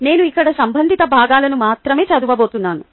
నేను ఇక్కడ సంబంధిత భాగాలను మాత్రమే చదవబోతున్నాను